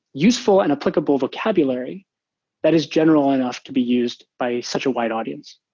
useful and applicable vocabulary that is general enough to be used by such a wide audience.